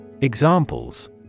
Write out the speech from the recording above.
Examples